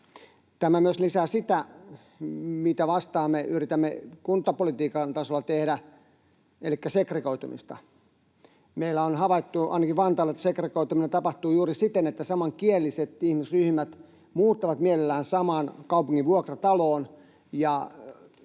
Tämä myös lisää sitä, mitä vastaan me yritämme kuntapolitiikan tasolla tehdä, elikkä segregoitumista. Meillä on havaittu ainakin Vantaalla, että segregoituminen tapahtuu juuri siten, että samankieliset ihmisryhmät muuttavat mielellään samaan kaupungin vuokrataloon